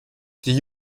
diese